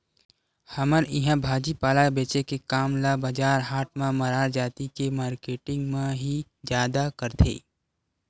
हमर इहाँ भाजी पाला बेंचे के काम ल बजार हाट म मरार जाति के मारकेटिंग मन ह ही जादा करथे